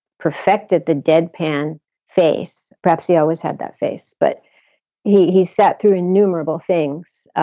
perfected the deadpan face. perhaps he always had that face, but he he sat through innumerable things,